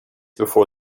before